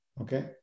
okay